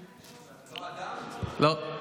לא.